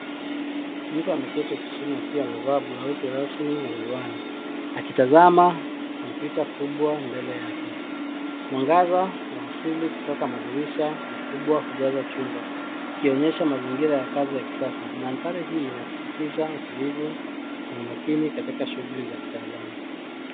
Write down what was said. Mtu ameketi ofisini akiwa amevaa blauzi rasmi na miwani akitazama kompyuta kubwa mbele yake. Mwangaza wa asili kutoka madirisha makubwa hujaza chumba ikionyesha mazingira ya kazi ya kisasa. Mandhari hii inasisitiza utulivu na umakini katika shughuli za kitaalamu .